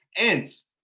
ants